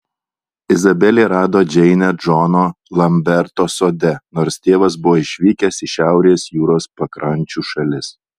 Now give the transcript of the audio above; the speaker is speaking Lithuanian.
izabelė rado džeinę džono lamberto sode nors tėvas buvo išvykęs į šiaurės jūros pakrančių šalis